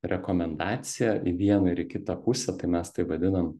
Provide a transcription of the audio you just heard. rekomendaciją į vieną ir į kitą pusę tai mes tai vadinam